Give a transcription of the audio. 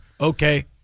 Okay